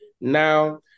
Now